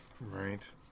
Right